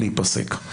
להיפסק.